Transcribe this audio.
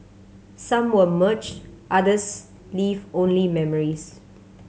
some were merged others leave only memories